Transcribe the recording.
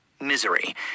misery